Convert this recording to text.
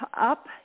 up